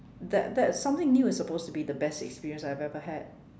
that that something new is supposed to be the best experience I've ever had